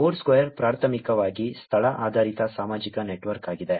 Foursquare ಪ್ರಾಥಮಿಕವಾಗಿ ಸ್ಥಳ ಆಧಾರಿತ ಸಾಮಾಜಿಕ ನೆಟ್ವರ್ಕ್ ಆಗಿದೆ